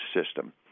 system